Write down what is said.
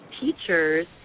teachers